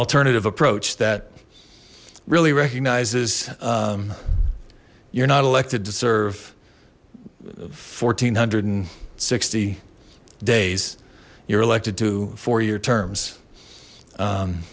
alternative approach that really recognizes you're not elected to serve fourteen hundred and sixty days you're elected to four year terms